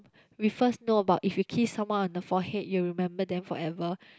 we first know about if you kiss someone on the forehead you will remember them forever